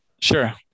Sure